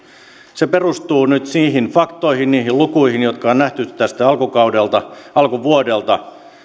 se perustuu nyt niihin faktoihin niihin lukuihin jotka on nähty tästä alkukaudelta alkuvuodelta totta